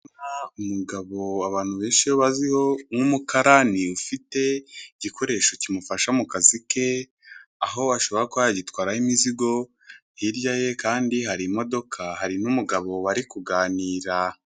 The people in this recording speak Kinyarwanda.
Umugabo abantu benshi baziho nk'umukarani ufite igikoresho kimufasha mu kazi ke aho ashobora kuba yagitwaraho imizigo hirya ye kandi hari imodoka hari n'umugabo bari kuganira.